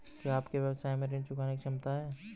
क्या आपके व्यवसाय में ऋण चुकाने की क्षमता है?